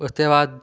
उसके बाद